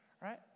right